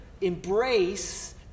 embrace